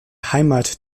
heimat